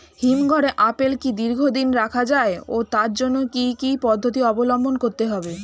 হিমঘরে আপেল কি দীর্ঘদিন রাখা যায় ও তার জন্য কি কি পদ্ধতি অবলম্বন করতে হবে?